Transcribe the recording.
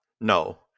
No